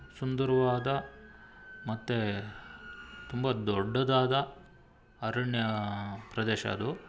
ಸುಂದರವಾದ ಮತ್ತೆ ತುಂಬ ದೊಡ್ಡದಾದ ಅರಣ್ಯ ಪ್ರದೇಶ ಅದು